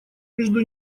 между